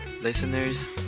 listeners